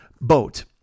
boat